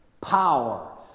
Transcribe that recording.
power